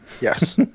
Yes